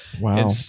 Wow